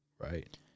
right